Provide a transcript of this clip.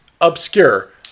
Obscure